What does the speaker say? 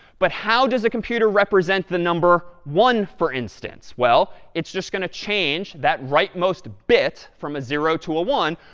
but how does a computer represent the number one, for instance? well, it's just going to change that rightmost bit from a zero to a one,